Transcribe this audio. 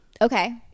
okay